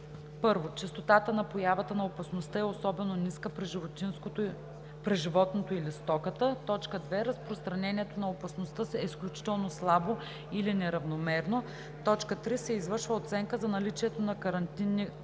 1. честотата на поява на опасността е особено ниска при животното или стоката; 2. разпространението на опасността е изключително слабо или неравномерно; 3. се извършва оценка за наличието на карантинни